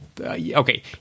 okay